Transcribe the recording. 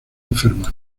enferma